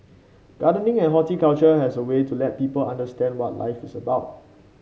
gardening and horticulture has a way to let people understand what life is about